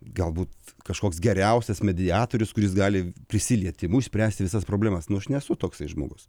galbūt kažkoks geriausias mediatorius kuris gali prisilietimu išspręsti visas problemas nu aš nesu toksai žmogus